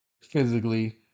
Physically